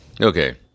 Okay